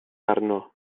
arno